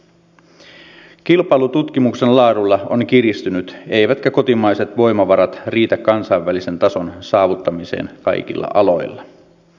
kilpailu tutkimuksen laadulla on kiristynyt eivätkä kotimaiset voimavarat riitä kansainvälisen tason saavuttamiseen kaikilla aloilla